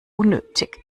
unnötig